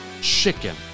Chicken